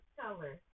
color